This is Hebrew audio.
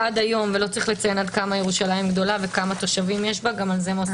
לא צריך לציין עד כמה ירושלים היא גדולה וכמה תושבים יש בה.